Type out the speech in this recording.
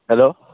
hello